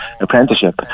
apprenticeship